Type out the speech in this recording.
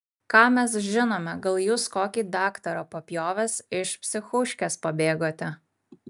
ką mes žinome gal jūs kokį daktarą papjovęs iš psichuškės pabėgote